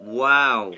wow